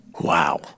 Wow